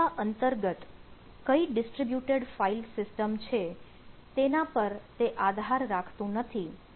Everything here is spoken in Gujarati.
માળખા અંતર્ગત કઈ ડીસ્ટ્રીબ્યુટેડ ફાઇલ સિસ્ટમ છે તેના પર આધાર રાખતું નથી